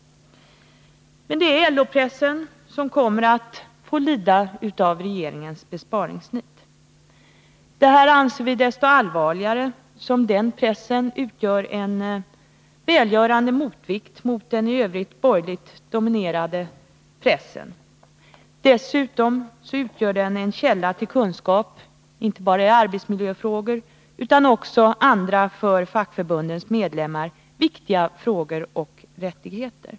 Det är i första hand LO-pressen som kommer att lida av regeringens besparingsnit. Detta anser vi desto allvarligare som denna press utgör en välgörande motvikt mot den i övrigt borgerligt dominerande pressen. Dessutom utgör den en källa till kunskap inte bara om arbetsmiljöfrågor utan också om andra för fackförbundens medlemmar viktiga frågor och rättigheter.